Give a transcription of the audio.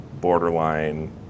borderline